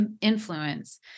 influence